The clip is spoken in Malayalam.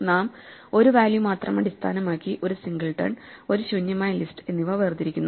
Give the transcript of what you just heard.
നാം ഒരു വാല്യൂ മാത്രം അടിസ്ഥാനമാക്കി ഒരു സിംഗിൾട്ടൻ ഒരു ശൂന്യമായ ലിസ്റ്റ് എന്നിവ വേർതിരിക്കുന്നു